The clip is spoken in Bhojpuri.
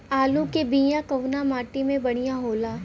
आलू के बिया कवना माटी मे बढ़ियां होला?